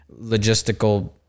logistical